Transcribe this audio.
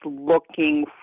looking